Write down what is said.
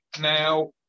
Now